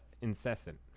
incessant